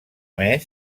més